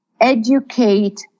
educate